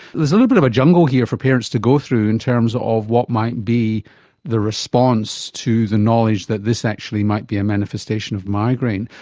there's a little bit of a jungle here for parents to go through in terms of what might be the response to the knowledge that this actually might be a manifestation of migraine.